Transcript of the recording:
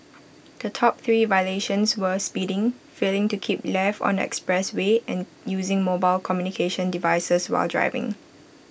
the top three violations were speeding failing to keep left on the expressway and using mobile communications devices while driving